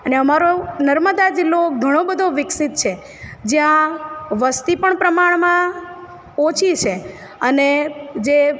અને અમારો નર્મદા જિલ્લો ઘણો બધો વિકસિત છે જ્યાં વસ્તી પણ પ્રમાણમાં ઓછી છે અને જે